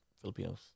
Filipinos